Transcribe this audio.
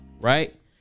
Right